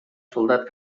soldat